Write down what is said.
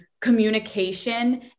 communication